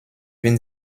bin